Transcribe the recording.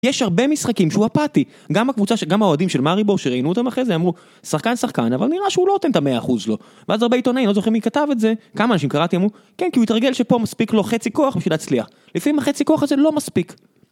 יש הרבה משחקים שהוא אפתי, גם הקבוצה, גם האוהדים של מארי בו, שראיינו אותם אחרי זה, אמרו שחקן שחקן, אבל נראה שהוא לא נותן את המאה אחוז לו ואז הרבה עיתונאים, לא זוכרים מי כתב את זה, כמה אנשים קראתי, אמרו כן, כי הוא התרגל שפה מספיק לו חצי כוח בשביל להצליח לפעמים החצי כוח הזה לא מספיק